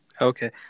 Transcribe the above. Okay